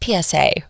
PSA